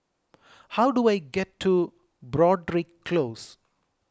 how do I get to Broadrick Close